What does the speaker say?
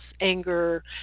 anger